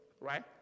right